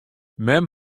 mem